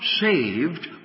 saved